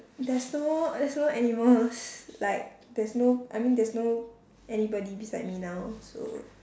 there's no there's no animals like there's no I mean there's no anybody beside me now so